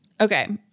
Okay